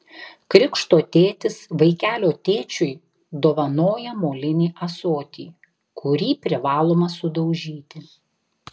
krikšto tėtis vaikelio tėčiui dovanoja molinį ąsotį kurį privaloma sudaužyti